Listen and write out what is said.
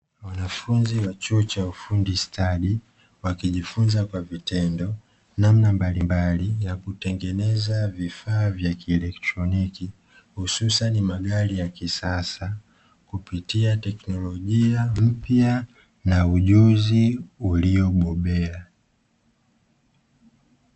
Wanafunzi wa chuo cha ufundi stadi, wakijifunza kwa vitendo namna mbalimbali ya kutengeneza vifaa vya kieletroniki, hususan magari ya kisasa, kupitia teknolojia mpya na ujuzi uliobobea.